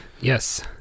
Yes